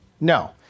No